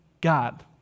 God